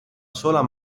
sola